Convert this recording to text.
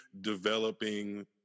developing